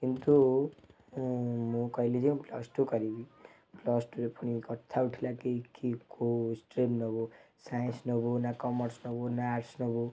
କିନ୍ତୁ ମୁଁ କହିଲି ଯେ ପ୍ଲସ୍ଟୁ କରିବି ପ୍ଲସ୍ଟୁରେ ପୁଣି କଥା ଉଠିଲାକି କି କେଉଁ ଷ୍ଟ୍ରିମ୍ ନେବୁ ସାଇନ୍ସ୍ ନବୁ ନା କମର୍ସ୍ ନେବୁ ନା ଆର୍ଟ୍ସ୍ ନେବୁ